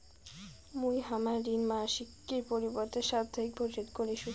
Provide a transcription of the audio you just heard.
মুই হামার ঋণ মাসিকের পরিবর্তে সাপ্তাহিক পরিশোধ করিসু